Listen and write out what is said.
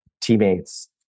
teammates